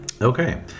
Okay